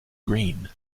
green